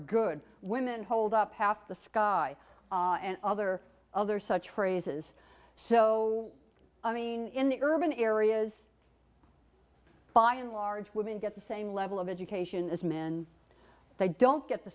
good women hold up half the sky and other other such phrases so i mean in the urban areas by and large women get the same level of education as men they don't get the